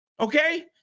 okay